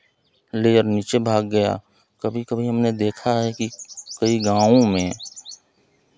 layer नीचे भाग गया कभी कभी हमने देखा है कि कई गाँवों में